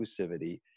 exclusivity